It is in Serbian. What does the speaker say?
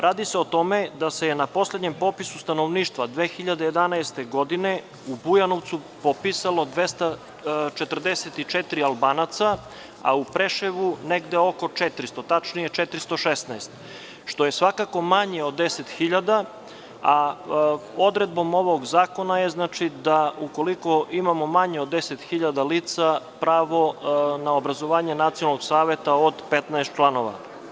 Radi se o tome da se na poslednjem popisu stanovništva 2011. godine u Bujanovcu popisalo 244 Albanaca, a u Preševu 416, što je svakako manje od 10.000, a odredba ovog zakona je da ukoliko imamo manje od 10.000 lica pravo na obrazovanje Nacionalnog saveta od 15 članova.